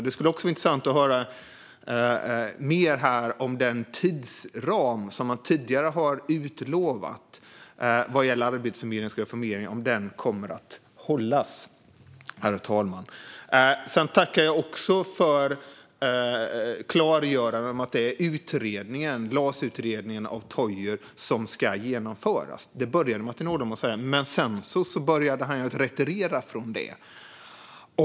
Det skulle också vara intressant att höra mer om den tidsram som man tidigare har utlovat vad gäller Arbetsförmedlingens reformering och om den kommer att hållas, herr talman. Sedan tackar jag för klargörandet om att det är LAS-utredningen av Toijer som ska genomföras. Det började Martin Ådahl med att säga, men sedan började han retirera från det.